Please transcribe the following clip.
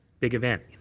big event.